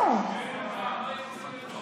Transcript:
מירב בן ארי חתמה לי.